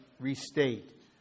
Restate